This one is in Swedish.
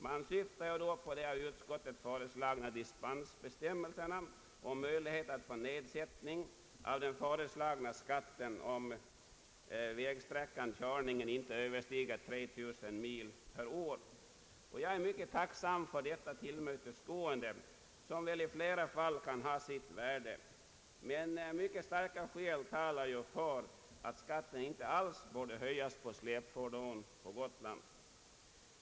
Utskottet syftar då på de föreslagna dispensbestämmelserna om möjlighet att få nedsättning av den föreslagna skatten, om körningen inte överstiger 3 000 mil per år. Jag är mycket tacksam för detta tillmötesgående som väl i flera fall kan ha sitt värde, men mycket starka skäl talar ju för att skatten inte alls bör höjas beträffande släpfordon på Gotland.